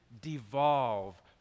devolve